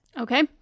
Okay